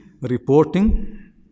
reporting